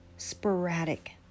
sporadic